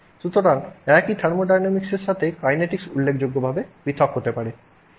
সুতরাং একই থার্মোডাইনামিক্সের সাথে কাইনেটিকস উল্লেখযোগ্যভাবে পৃথক হতে পারে